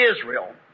Israel